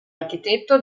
architetto